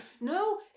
No